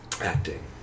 Acting